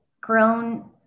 grown